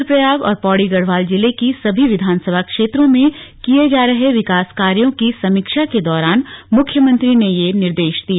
रूद्रप्रयाग और पौड़ी गढ़वाल जिले की सभी विधानसभा क्षेत्रों में किये जा रहे विकास कार्यो की समीक्षा के दौरान मुख्यमंत्री ने ये निर्देश दिए